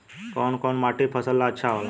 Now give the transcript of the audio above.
कौन कौनमाटी फसल ला अच्छा होला?